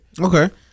Okay